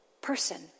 person